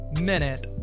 Minute